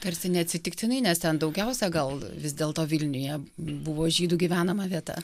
tarsi neatsitiktinai nes ten daugiausia gal vis dėlto vilniuje buvo žydų gyvenama vieta